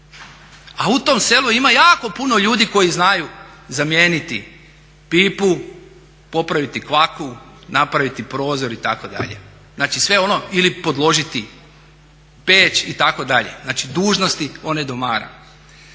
a u tom selu ima jako puno ljudi koji znaju zamijeniti pipu, popraviti kvaku, napraviti prozor itd., znači sve ono, ili podložiti peć itd., znači dužnosti one domara.